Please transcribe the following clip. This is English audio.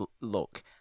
Look